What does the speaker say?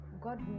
God